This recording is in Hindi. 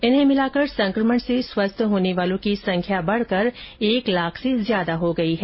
इनको मिलाकर संकमण से स्वस्थ होने वालों की संख्या बढ़कर एक लाख से अधिक हो गई है